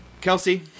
Kelsey